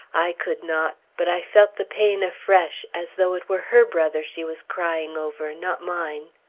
i could not but i felt the pain afresh, as though it were her brother she was crying over, not mine.